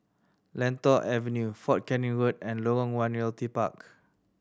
Lentor Avenue Fort Canning Road and Lorong One Realty Park